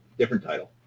different title.